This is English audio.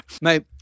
Mate